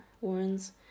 warns